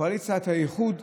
קואליציית האיחוד